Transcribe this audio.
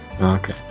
Okay